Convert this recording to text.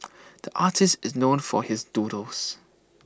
the artist is known for his doodles